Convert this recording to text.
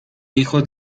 hijo